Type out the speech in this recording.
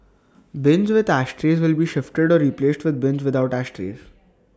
bins with ashtrays will be shifted or replaced with bins without ashtrays